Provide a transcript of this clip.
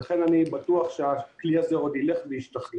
ולכן אני בטוח שהכלי הזה עוד ילך וישתכלל.